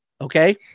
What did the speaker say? okay